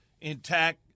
Intact